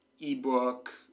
ebook